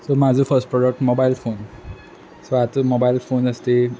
so म्हाजो first product mobile phone so हाती mobile phone आसा ती